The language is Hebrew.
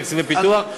תקציבי פיתוח,